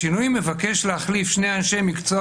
השינוי מבקש להחליף שני אנשי מקצוע